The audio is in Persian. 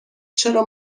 چرا